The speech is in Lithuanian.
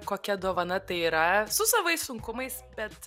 kokia dovana tai yra su savais sunkumais bet